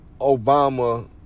Obama